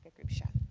group shot.